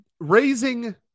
Raising